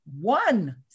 one